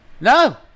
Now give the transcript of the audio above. No